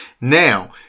Now